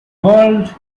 world